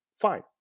fine